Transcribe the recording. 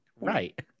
Right